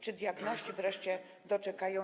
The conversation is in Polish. Czy diagności wreszcie się doczekają?